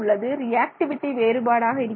reactivity வேறுபாடாக இருக்கிறது